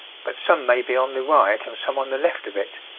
but some may be on the right and some on the left of it,